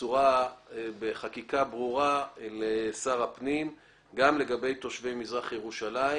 בחקיקה לשר הפנים לגבי תושבי מזרח ירושלים